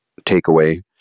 takeaway